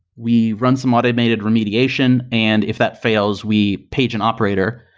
we run some automated remediation, and if that fails, we page an operator.